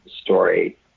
story